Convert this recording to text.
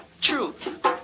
truth